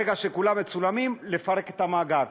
ברגע שכולם מצולמים, לפרק את המאגר.